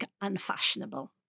unfashionable